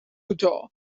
utah